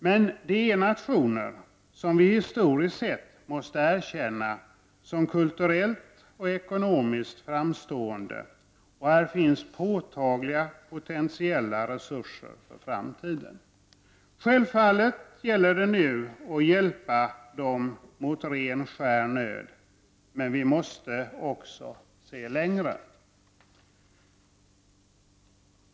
Men det är nationer som vi historiskt sett måste erkänna som kulturellt och ekonomiskt framstående, och här finns påtagliga potentiella resurser för framtiden. Självfallet gäller det nu att hjälpa dessa länder mot ren skär nöd, men vi måste också se längre.